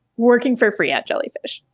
working for free at jellyfish,